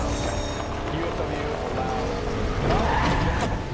um yeah ufw allow twenty. oh no.